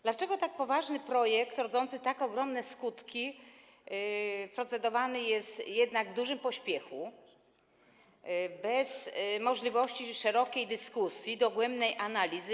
Dlaczego tak poważny projekt, rodzący tak ogromne skutki, procedowany jest jednak w dużym pośpiechu, bez możliwości szerokiej dyskusji, dogłębnej analizy?